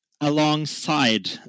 Alongside